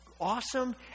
awesome